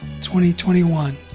2021